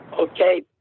Okay